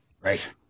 Right